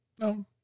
No